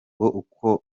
uko